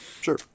sure